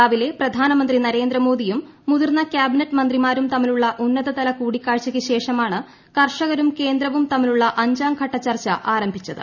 രാവിലെ പ്രധാനമന്ത്രി നരേന്ദ്ര മോദിയും മുതിർന്ന കാബിനറ്റ് മന്ത്രിമാരും തമ്മിലുള്ള ഉന്നതതല കൂടിക്കാഴ്ചയ്ക്ക് ശേഷമാണ് കർഷകരും കേന്ദ്രവും തമ്മിലുള്ള അഞ്ച്രിം ഘട്ട ചർച്ച ആരംഭിച്ചത്